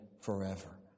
forever